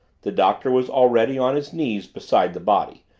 the doctor was already on his knees beside the body,